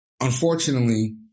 unfortunately